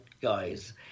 guys